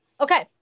Okay